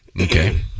okay